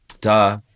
Duh